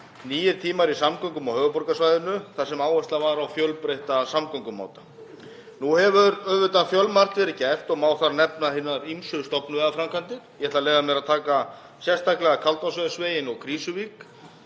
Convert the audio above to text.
Nýir tímar í samgöngum á höfuðborgarsvæðinu, þar sem áhersla var á fjölbreytta samgöngumáta. Nú hefur auðvitað fjölmargt verið gert og má þar nefna hinar ýmsu stofnvegaframkvæmdir. Ég ætla að leyfa mér að taka sérstaklega Kaldárselsveg að Krýsuvík